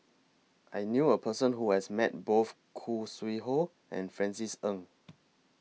I knew A Person Who has Met Both Khoo Sui Hoe and Francis Ng